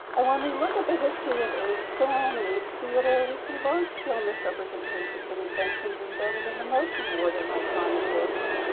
and when we look at the history of aids, film and aids theater, we see large scale misrepresentations and inventions embedded in the most rewarded and iconic works.